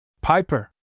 Piper